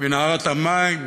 מנערת המים,